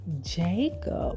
jacob